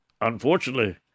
unfortunately